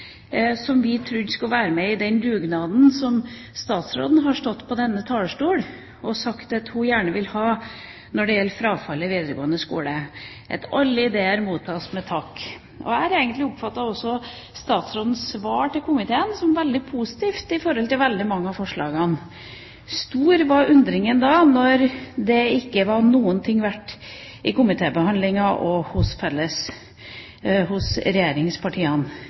som vi trodde skulle være med i den dugnaden som statsråden har stått på denne talerstolen og sagt at hun gjerne vil ha når det gjelder frafall i videregående skole, og at alle ideer mottas med takk. Jeg har egentlig også oppfattet statsrådens svar til komiteen som veldig positivt til veldig mange av forslagene. Stor var undringen da det ikke var noe verdt under komitébehandlingen og hos regjeringspartiene.